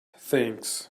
thanks